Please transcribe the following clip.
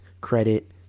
credit